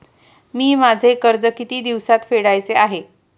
मी माझे कर्ज किती दिवसांत फेडायचे आहे?